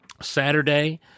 Saturday